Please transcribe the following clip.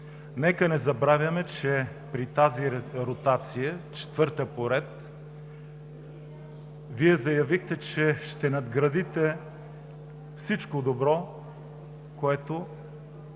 Нека не забравяме, че при тази ротация – четвърта поред, Вие заявихте, че ще надградите всичко добро, което